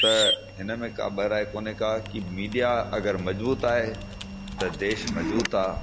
त हिनमें का ॿ राय कोन्हे का की मीडिया अगरि मज़बूत आहे त देश मज़बूत आहे